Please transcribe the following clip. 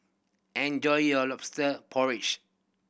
enjoy your Lobster Porridge